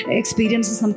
experiences